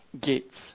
gates